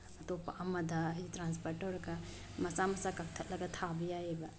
ꯑꯇꯣꯞꯄ ꯑꯃꯗ ꯍꯥꯏꯗꯤ ꯇꯥꯟꯁꯐꯔ ꯇꯧꯔꯒ ꯃꯆꯥ ꯃꯆꯥ ꯀꯛꯊꯜꯂꯒ ꯊꯥꯕ ꯌꯥꯏꯌꯦꯕ